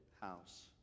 house